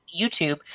YouTube